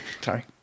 sorry